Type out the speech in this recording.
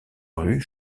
rue